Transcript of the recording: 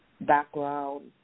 background